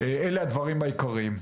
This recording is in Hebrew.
אלה הדברים העיקריים.